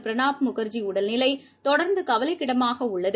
பிரணாப் முகர்ஜி உடல்நிலை தொடர்ந்துகவலைக்கிடமாகஉள்ளது